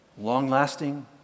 Long-lasting